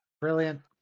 Brilliant